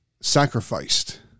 sacrificed